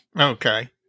Okay